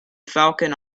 falcon